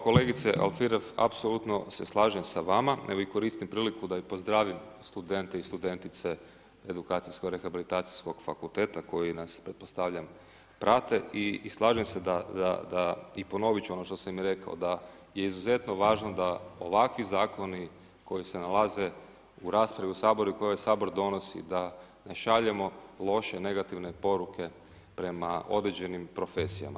Kolegice Alfirev apsolutno se slažem s vama i koristim priliku da pozdravim studente i studentici edukacijsko rehabilitacijskog fakulteta koji nas, pretpostavljam prate i slažem se da i ponoviti ću i ono što sam rekao, da je izuzetno važno da ovakvi zakoni, koji se nalaze u raspravi u Saboru i koje Sabor donosi da šaljemo loše negativne poruke prema određenim profesijama.